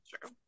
True